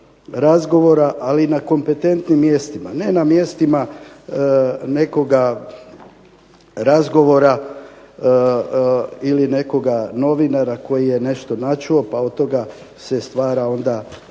ali na kompetentnim mjestima. Ne na mjestima nekoga razgovora ili nekoga novinara koji je nešto načuo pa od toga se stvara onda